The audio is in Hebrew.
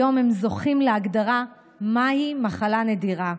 היום הם זוכים להגדרה מהי מחלה נדירה,